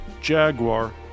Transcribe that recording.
Jaguar